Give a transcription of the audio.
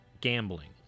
Gambling